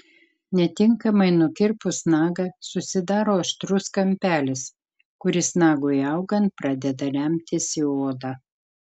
netinkamai nukirpus nagą susidaro aštrus kampelis kuris nagui augant pradeda remtis į odą